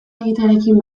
egitearekin